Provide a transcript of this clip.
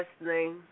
listening